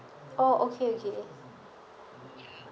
oh okay okay